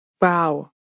Wow